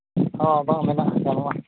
ᱦᱚᱸ ᱵᱟᱝ ᱢᱮᱱᱟᱜᱼᱟ ᱧᱟᱢᱚᱜᱼᱟ